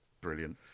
Brilliant